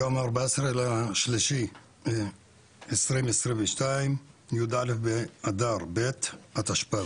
היום ה-14 במרץ 2022, י"א באדר ב התשפ"ב.